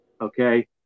Okay